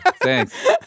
Thanks